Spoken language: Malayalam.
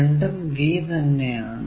രണ്ടും V തന്നെ ആണ്